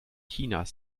chinas